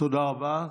תודה רבה.